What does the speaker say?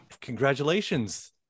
Congratulations